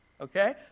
okay